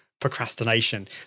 procrastination